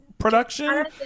production